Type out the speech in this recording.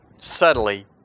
subtly